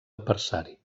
adversari